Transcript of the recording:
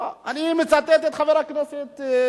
אני מצטט את חבר הכנסת כצל'ה.